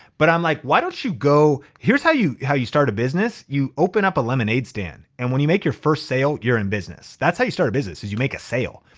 but i'm like, why don't you go, here's how you how you start a business. you open up a lemonade stand and when you make your first sale, you're in business. that's how you start a business, is you make a sale.